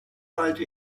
halte